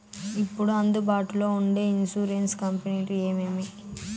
ఇప్పుడు అందుబాటులో ఉండే ఇన్సూరెన్సు కంపెనీలు ఏమేమి?